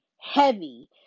heavy